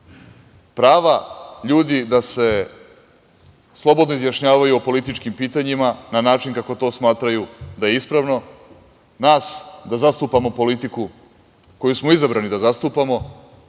prava ljudi da se slobodno izjašnjavaju o političkim pitanjima na način kako to smatraju da je ispravno, nas da zastupamo politiku koju smo izabrani da zastupamo